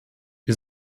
wir